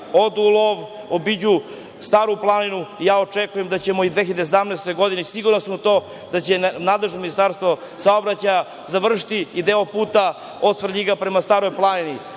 odu u lov, obiđu Staru planinu. Ja očekujem da ćemo i 2017. godine, siguran sam u to, da će nadležno Ministarstvo saobraćaja završiti i deo puta od Svrljiga prema Staroj planini,